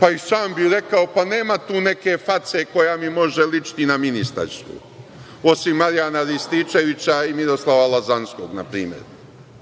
pa i sam bih rekao – pa nema tu nema face koja mi može ličiti na ministarsku, osim Marijana Rističevića i Miroslava Lazanskog, na primer.